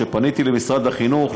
כשפניתי למשרד החינוך,